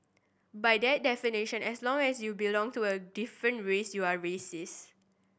by that definition as long as you belong to a different race you are racist